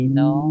no